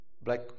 black